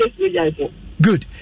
Good